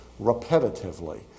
repetitively